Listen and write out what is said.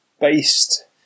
based